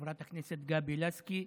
חברת הכנסת גבי לסקי,